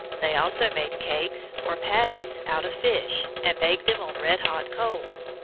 they also made cakes, or patties, out of fish, and baked them on red-hot coals.